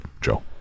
Joe